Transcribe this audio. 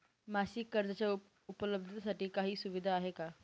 मासिक कर्जाच्या उपलब्धतेसाठी काही सुविधा आहे का?